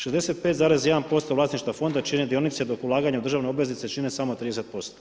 65,1 vlasništva fonda čine dionice dok ulaganja u državne obveznice čine samo 30%